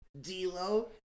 D-Lo